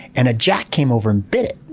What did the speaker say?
and a jack came over and bit it.